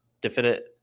definite